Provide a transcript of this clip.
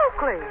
Oakley